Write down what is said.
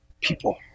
People